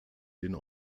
den